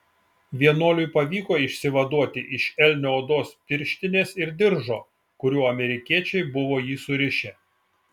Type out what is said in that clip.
vienuoliui pavyko išsivaduoti iš elnio odos pirštinės ir diržo kuriuo amerikiečiai buvo jį surišę